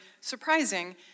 surprising